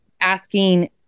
asking